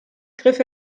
griff